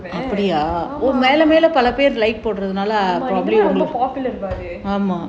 ஆமா ரொம்ப:aamaa romba popular அது:athu